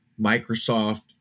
Microsoft